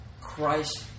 Christ